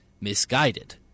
misguided